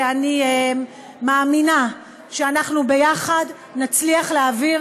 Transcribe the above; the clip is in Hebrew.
ואני מאמינה שאנחנו ביחד נצליח להעביר